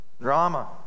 Drama